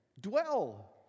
Dwell